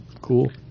cool